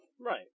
Right